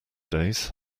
days